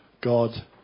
God